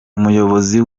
umuyobozi